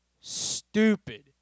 stupid